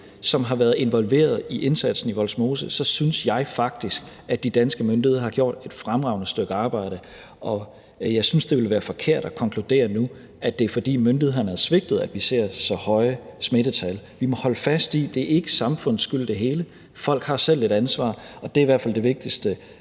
der har været involveret i indsatsen i Vollsmose, så synes jeg faktisk, at de danske myndigheder har gjort et fremragende stykke arbejde. Og jeg synes, det ville være forkert at konkludere nu, at det er, fordi myndighederne har svigtet, at vi ser så høje smittetal. Vi må holde fast i, at det hele ikke er samfundets skyld; folk har selv et ansvar. Og det er i hvert fald det vigtigste,